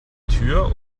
tür